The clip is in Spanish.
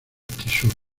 tixul